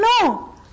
No